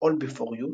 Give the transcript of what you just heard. "All Before You",